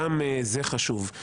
גם זה חשוב.